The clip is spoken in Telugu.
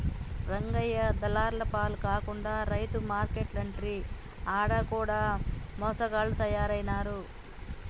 రంగయ్య దళార్ల పాల కాకుండా రైతు మార్కేట్లంటిరి ఆడ కూడ మోసగాళ్ల తయారైనారు